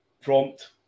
prompt